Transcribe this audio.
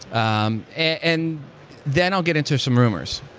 um and then i'll get into some rumors.